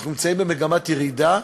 אנחנו נמצאים במגמת ירידה.